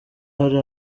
hari